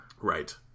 Right